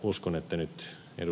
uskon että nyt ed